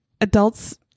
adults